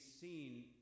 seen